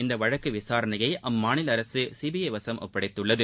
இந்தவழக்குவிசாரணையைஅம்மாநிலஅரசுசிபிஐ வசம்ஒப்படைத்துள்ளது